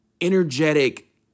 energetic